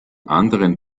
anderen